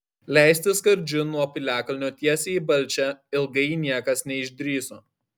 leistis skardžiu nuo piliakalnio tiesiai į balčią ilgai niekas neišdrįso